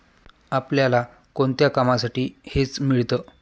आपल्याला कोणत्या कामांसाठी हेज मिळतं?